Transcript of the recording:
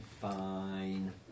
Fine